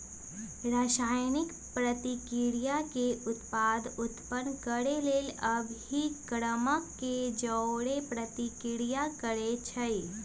रसायनिक प्रतिक्रिया में उत्पाद उत्पन्न केलेल अभिक्रमक के जओरे प्रतिक्रिया करै छै